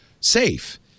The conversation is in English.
safe